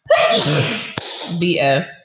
BS